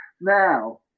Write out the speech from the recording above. now